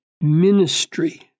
ministry